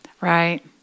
Right